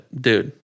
dude